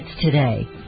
today